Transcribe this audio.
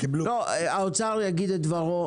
האוצר יגיד את דברו.